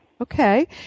Okay